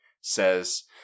says